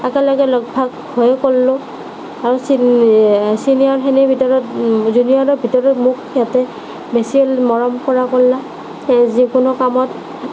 একেলগে লগভাগ হৈয়ে কৰিলোঁ আৰু ছিনিয়ৰখিনিৰ ভিতৰত জুনিয়ৰৰ ভিতৰত মোক সিহঁতে বেছিয়ে মৰম কৰা কৰলাক সেই যিকোনো কামত